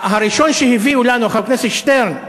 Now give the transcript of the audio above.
הראשון שהביאו לנו, חבר הכנסת שטרן,